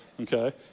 okay